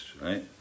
right